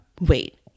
wait